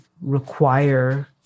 require